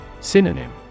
Synonym